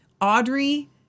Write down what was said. Audrey